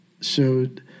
showed